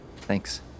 Thanks